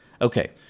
Okay